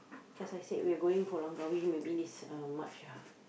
cause I said we're going for Langkawi maybe this uh March ah